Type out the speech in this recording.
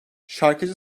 şarkıcı